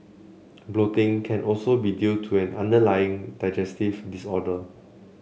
bloating can also be due to an underlying digestive disorder